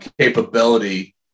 capability